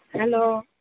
hello